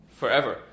forever